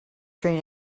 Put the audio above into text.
train